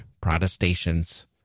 protestations